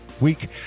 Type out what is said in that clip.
week